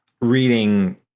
reading